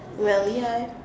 well ya